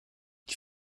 die